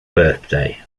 birthday